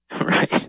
Right